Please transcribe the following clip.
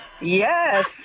yes